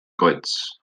goets